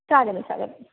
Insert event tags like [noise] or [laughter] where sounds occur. [unintelligible]